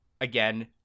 Again